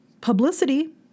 publicity